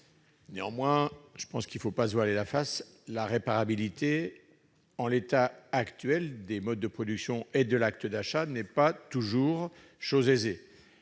Néanmoins, il ne faut pas se voiler la face. La réparabilité, en l'état actuel des modes de production et d'achat, n'est pas toujours chose aisée.